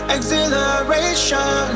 Exhilaration